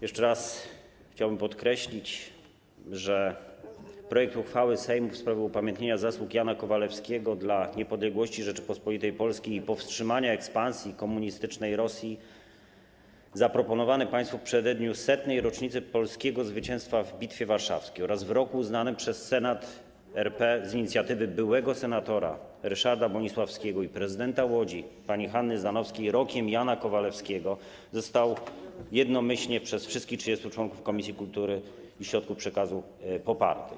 Jeszcze raz chciałbym podkreślić, że projekt uchwały Sejmu w sprawie upamiętnienia zasług Jana Kowalewskiego dla niepodległości Rzeczypospolitej Polskiej i powstrzymania ekspansji komunistycznej Rosji zaproponowany państwu w przededniu 100. rocznicy polskiego zwycięstwa w Bitwie Warszawskiej oraz w roku uznanym przez Senat RP z inicjatywy byłego senatora Ryszarda Bonisławskiego i prezydenta Łodzi pani Hanny Zdanowskiej za Rok Jan Kowalewskiego został jednomyślnie przez wszystkich 30 członków Komisji Kultury i Środków Przekazu poparty.